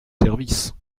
services